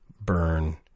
burn